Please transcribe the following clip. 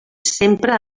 sempre